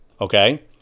okay